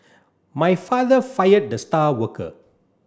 my father fired the star worker